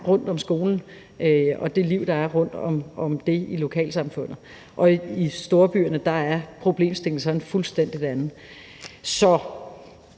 rundt om skolen, og det liv, der er rundt om den i lokalsamfundet. Og i storbyerne er problemstillingen så en fuldstændig anden. Så